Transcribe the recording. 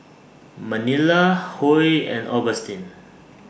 Manilla Huy and Augustin